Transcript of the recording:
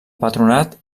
patronat